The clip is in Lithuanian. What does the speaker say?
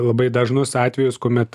labai dažnus atvejus kuomet